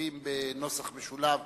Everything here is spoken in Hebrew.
מחויבים בנוסח משולב